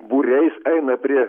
būriais eina prie